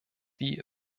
wie